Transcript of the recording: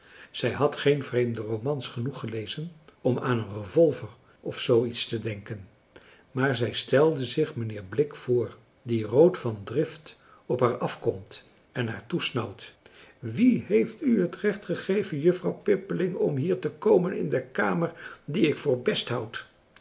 zij had geen vreemde romans genoeg gelezen om aan een revolver of zoo iets te denken maar zij stelde zich mijnheer blik voor die rood van drift op haar afkomt en haar toesnauwt wie heeft u het recht gegeven juffrouw pippeling om hier te komen in de kamer die ik voor best houd